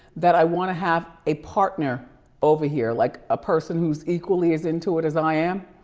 that i wanna have a partner over here, like a person who's equally as into it as i am.